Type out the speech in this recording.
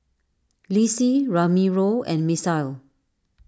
Lissie Ramiro and Misael